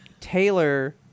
Taylor